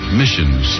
missions